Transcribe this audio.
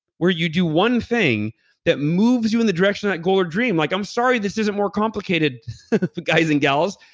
where you do one thing that moves you in the direction of that goal or dream, like, i'm sorry this isn't more complicated guys and girls,